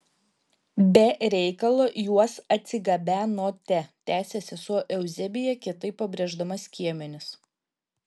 be reikalo juos atsigabenote tęsė sesuo euzebija kietai pabrėždama skiemenis